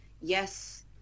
yes